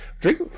drink